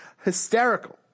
Hysterical